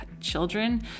children